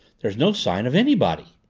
there's no sign of anybody.